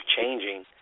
changing